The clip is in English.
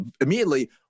immediately